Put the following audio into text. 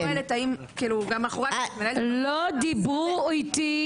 אם את שואלת האם גם מאחורי --- לא דיברו איתי.